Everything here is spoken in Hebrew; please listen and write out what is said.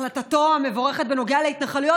החלטתו המבורכת בנוגע להתנחלויות.